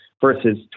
versus